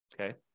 Okay